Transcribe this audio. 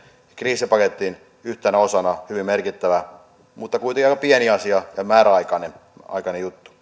kriisipaketin yhtenä osana hyvin merkittävä mutta kuitenkin aika pieni asia ja määräaikainen juttu